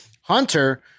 Hunter